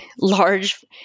large –